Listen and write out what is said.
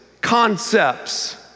concepts